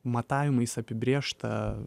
matavimais apibrėžtą